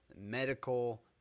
medical